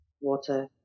water